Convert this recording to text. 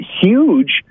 huge